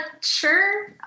sure